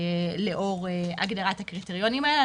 לאור הגדרת הקריטריונים האלה.